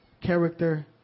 Character